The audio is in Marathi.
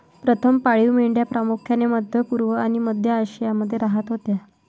प्रथम पाळीव मेंढ्या प्रामुख्याने मध्य पूर्व आणि मध्य आशियामध्ये राहत होत्या